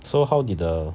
so how did the